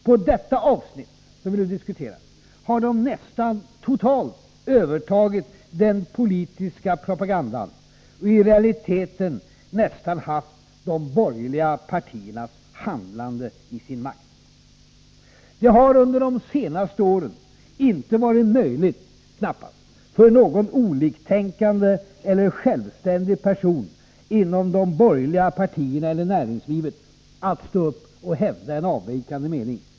På det avsnitt som vi nu diskuterar har de nästan totalt övertagit den politiska propagandan och i realiteten nästan haft de borgerliga partiernas handlande i sin makt. Det har under de senaste åren knappast varit möjligt för någon oliktänkande eller självständig person inom de borgerliga partierna eller näringslivet att stå upp och hävda en avvikande mening.